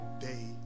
day